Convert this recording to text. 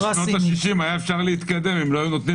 בשנות השישים אפשר היה להתקדם אם לא היו נותנים